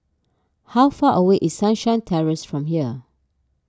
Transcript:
how far away is Sunshine Terrace from here